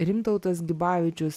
rimtautas gibavičius